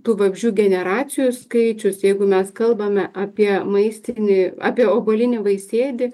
tų vabzdžių generacijų skaičius jeigu mes kalbame apie maistinį apie obuolinį vaisėdį